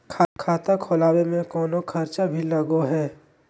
खाता खोलावे में कौनो खर्चा भी लगो है?